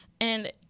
and-